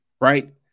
right